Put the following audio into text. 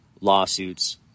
lawsuits